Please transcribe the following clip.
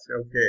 Okay